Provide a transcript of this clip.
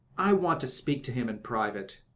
i want to speak to him in private.